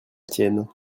tienne